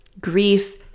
grief